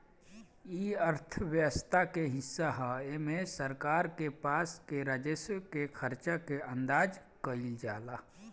इ अर्थव्यवस्था के हिस्सा ह एमे सरकार के पास के राजस्व के खर्चा के अंदाज कईल जाला